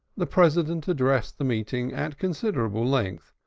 the president addressed the meeting at considerable length,